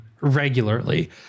regularly